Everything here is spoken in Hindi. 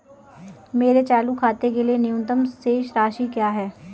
मेरे चालू खाते के लिए न्यूनतम शेष राशि क्या है?